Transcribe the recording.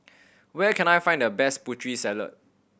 where can I find the best Putri Salad